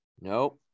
Nope